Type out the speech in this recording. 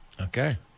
Okay